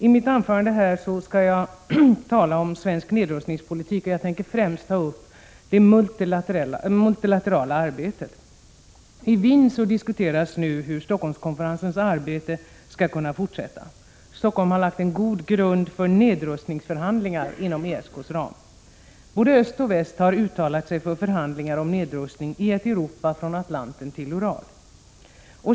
I mitt anförande i dag om svensk nedrustningspolitik tänker jag framför allt ta upp det multilaterala arbetet. I Wien diskuteras nu hur Stockholmskonferensens arbete skall kunna förbättras. Stockholm har lagt en god grund för nedrustningsförhandlingar inom ESK:s ram. Både öst och väst har uttalat sig för förhandlingar om nedrustning i ett Europa från Atlanten till Ural.